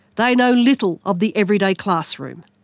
they know little of the every-day classroomps